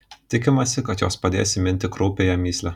tikimasi kad jos padės įminti kraupiąją mįslę